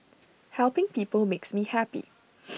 helping people makes me happy